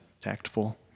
tactful